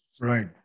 Right